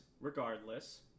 regardless